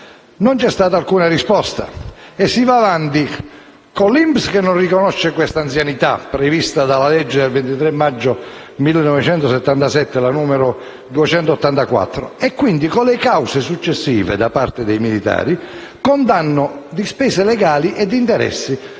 Non vi è stata alcuna risposta così si va avanti con l'INPS che non riconosce questa anzianità prevista della legge 27 maggio 1977, n. 284, e quindi con le cause successive da parte dei militari, con danno di spese legali e di interessi